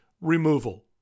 removal